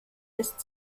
ist